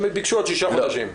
-- הם ביקשו עוד שישה חודשים.